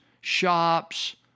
shops